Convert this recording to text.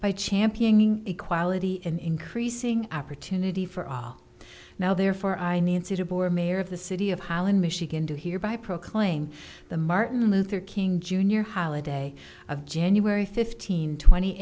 by championing equality and increasing opportunity for all now therefore i need suitable were mayor of the city of holland michigan do hereby proclaim the martin luther king jr holiday of january fifteenth twenty